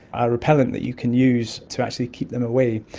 a repellent that you can use to actually keep them away.